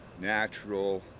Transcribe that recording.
natural